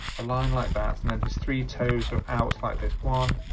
a line like that and then his three toes are out like this one,